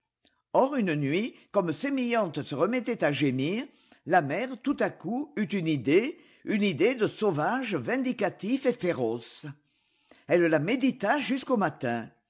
or une nuit comme sémillante se remettait à gémir la mère tout à coup eut une idée une idée de sauvage vindicatif et féroce elle la médita jusqu'au matin